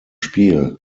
spiel